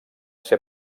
ser